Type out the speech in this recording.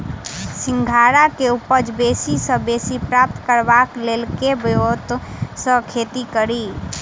सिंघाड़ा केँ उपज बेसी सऽ बेसी प्राप्त करबाक लेल केँ ब्योंत सऽ खेती कड़ी?